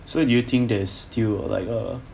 so do you think there's still like err